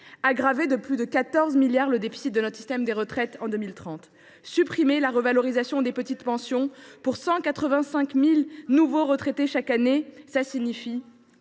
d’aggraver de près de 14 milliards d’euros le déficit de notre système de retraite en 2030 et de supprimer la revalorisation des petites pensions : pour 185 000 nouveaux retraités chaque année, cela signifie